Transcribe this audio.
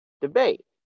debate